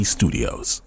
Studios